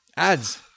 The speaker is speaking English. ads